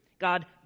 God